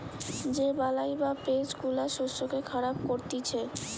যে বালাই বা পেস্ট গুলা শস্যকে খারাপ করতিছে